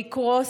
יקרוס,